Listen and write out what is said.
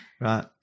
Right